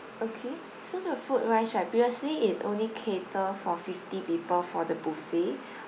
okay so the food wise right previously it only cater for fifty people for the birthday